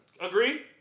Agree